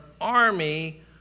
army